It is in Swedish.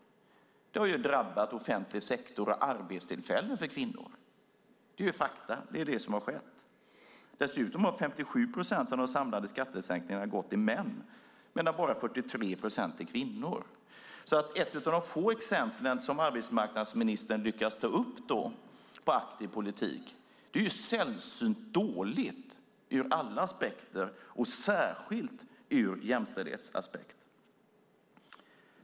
De har drabbat offentlig sektor och arbetstillfällen för kvinnor. Det är ett faktum, det är det som har skett. Dessutom har 57 procent av de samlade skattesänkningarna gått till män, medan bara 43 procent till kvinnor. Ett av de få exempel som arbetsmarknadsministern lyckas ta upp på aktiv politik är sällsynt dåligt ur alla aspekter och särskilt ur jämställdhetsaspekt.